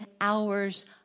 hours